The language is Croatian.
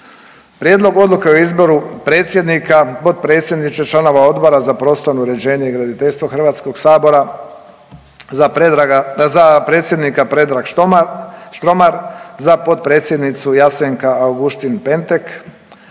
Prijedlog odluke o izboru predsjednika, potpredsjednica i članova Odbor za prostorno uređenje i graditeljstvo HS-a, za Predraga, za predsjednika Predrag Štromar, za potpredsjednicu Jasenka Auguštin-Pentek,